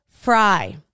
fry